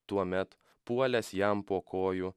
tuomet puolęs jam po kojų